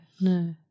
no